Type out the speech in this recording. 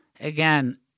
Again